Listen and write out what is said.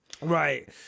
Right